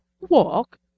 Walk